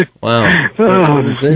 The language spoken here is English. Wow